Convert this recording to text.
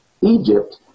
Egypt